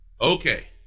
Okay